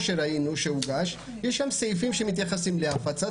שראינו שהוגש יש שם סעיפים שמתייחסים להפצת